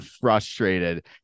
frustrated